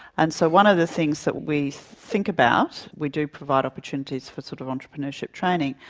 and so one of the things that we think about, we do provide opportunities for sort of entrepreneurship training,